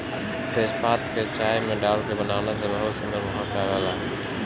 तेजपात के चाय में डाल के बनावे से बहुते सुंदर महक आवेला